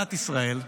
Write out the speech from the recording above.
במדינת ישראל,